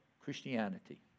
Christianity